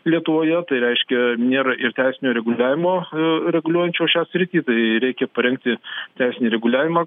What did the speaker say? lietuvoje tai reiškia nėra ir teisinio reguliavimo reguliuojančio šią sritį tai reikia parengti teisinį reguliavimą